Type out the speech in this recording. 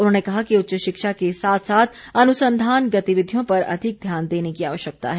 उन्होंने कहा कि उच्च शिक्षा के साथ साथ अनुसंधान गतिविधियों पर अधिक ध्यान देने की आवश्यकता है